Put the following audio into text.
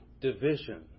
division